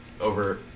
Over